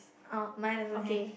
uh mine doesn't have